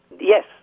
Yes